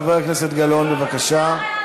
חברת הכנסת גלאון, בבקשה.